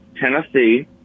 Tennessee